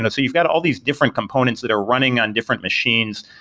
and you've got all these different components that are running on different machines.